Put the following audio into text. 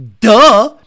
Duh